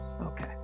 okay